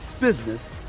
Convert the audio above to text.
business